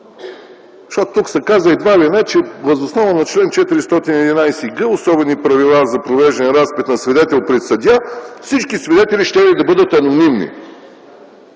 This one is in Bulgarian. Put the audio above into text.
Тук се каза едва ли не, че въз основа на чл. 411г – Особени правила за провеждане разпит на свидетел пред съдия, всички свидетели щели да бъдат анонимни.